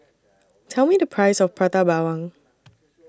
Tell Me The Price of Prata Bawang